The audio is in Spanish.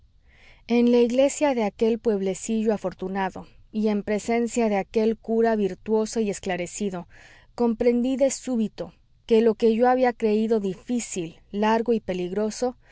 en la iglesia de aquel pueblecillo afortunado y en presencia de aquel cura virtuoso y esclarecido comprendí de súbito que lo que yo había creído difícil largo y peligroso